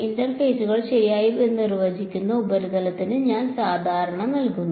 ഇന്റർഫേസുകൾ ശരിയായി നിർവചിക്കുന്ന ഉപരിതലത്തിന് ഞാൻ സാധാരണ നൽകുന്നു